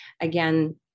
again